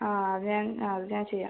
ആ അത് ഞാൻ അത് ഞാൻ ചെയ്യാം